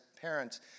parents